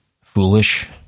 foolish